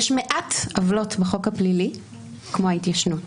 יש מעט עוולות בחוק הפלילי כמו ההתיישנות,